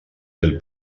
del